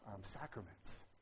sacraments